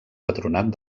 patronat